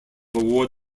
award